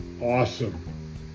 awesome